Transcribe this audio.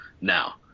Now